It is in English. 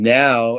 now